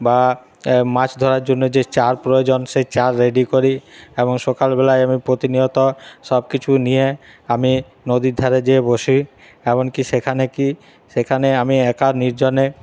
বা মাছ ধরার জন্য যে চার প্রয়োজন সেই চার রেডি করি এবং সকালবেলাই আমি প্রতিনিয়ত সব কিছু নিয়ে আমি নদীর ধারে যেয়ে বসি এমনকি সেখানে কি সেখানে আমি একা নির্জনে